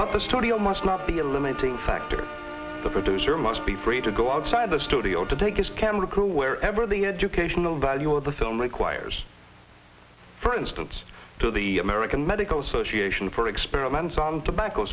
the studio must not be a limiting factor the producer must be free to go outside the studio to take his camera crew wherever the educational value of the film requires for instance to the american medical association for experiments on tobacco